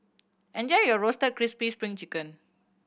enjoy your Roasted Crispy Spring Chicken